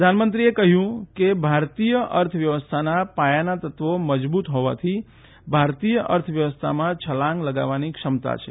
પ્રધાનમંત્રીએ હ્યું કે ભારતીય અર્થવ્યવસ્થાના પાયાના તત્વો મજબૂત હોવાથી ભારતીય અર્થવ્યવસ્થામાં છલાંગ લગાવવાની ક્ષમતા છે